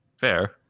Fair